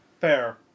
Fair